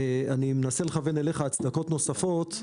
אני מנסה לכוון אליך הצדקות נוספות,